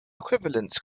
equivalence